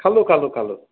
খালোঁ খালোঁ খালোঁ